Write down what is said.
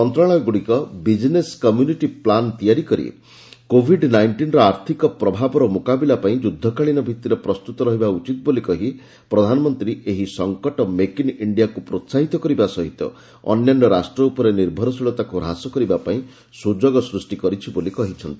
ମନ୍ତ୍ରଣାଳୟଗୁଡ଼ିକ business continuity plan ତିଆରି କରି covid ନାଇଷ୍ଟିନ୍ର ଆର୍ଥିକ ପ୍ରଭାବର ମୁକାବିଲା ପାଇଁ ଯୁଦ୍ଧକାଳୀନ ଭିତ୍ତିରେ ପ୍ରସ୍ତୁତ ରହିବା ଉଚିତ୍ ବୋଲି କହି ପ୍ରଧାନମନ୍ତ୍ରୀ ଏହି ସଂକଟ ମେକ୍ ଇନ୍ ଇଣ୍ଡିଆକୁ ପ୍ରୋହାହିତ କରିବା ସହିତ ଅନ୍ୟାନ୍ୟ ରାଷ୍ଟ୍ର ଉପରେ ନିର୍ଭରଶୀଳତାକୁ ହ୍ରାସ କରିବା ପାଇଁ ସୁଯୋଗ ସ୍କଷ୍ଟି କରିଛି ବୋଲି କହିଛନ୍ତି